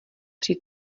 při